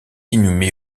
inhumé